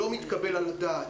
מתקבל על הדעת.